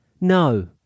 No